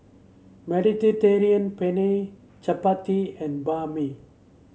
Mediterranean Penne Chapati and Banh Mi